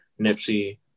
nipsey